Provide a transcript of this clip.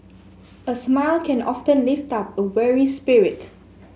a smile can often lift up a weary spirit